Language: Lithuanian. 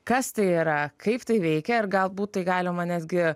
kas tai yra kaip tai veikia ir galbūt tai galima netgi